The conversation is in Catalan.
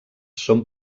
són